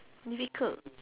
difficult